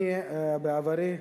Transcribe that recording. אני בעברי,